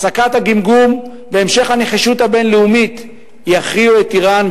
הפסקת הגמגום והמשך הנחישות הבין-לאומית יכריעו את אירן,